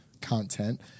content